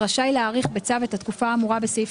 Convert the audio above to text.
רשאי להאריך בצו את התקופה האמורה בסעיף